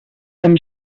amb